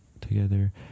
together